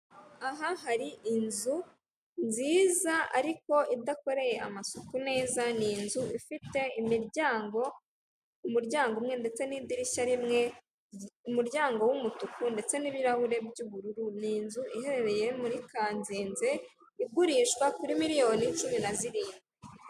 Aha hari inzu nziza, ariko idakoreye amasuku neza, ni inzu ifite imiryango, umuryango umwe, ndetse n'idirishya rimwe, umuryango w'umutuku ndetse n'ibirahure by'ubururu, ni inzu iherereye muri Kanzenze, igurishwa kuri miliyoni cumi na zirindwi.